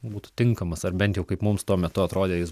būtų tinkamas ar bent jau kaip mums tuo metu atrodė jis